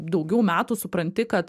daugiau metų supranti kad